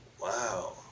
Wow